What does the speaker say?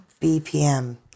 BPM